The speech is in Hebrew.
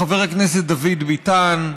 לחבר הכנסת דוד ביטן,